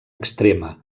extrema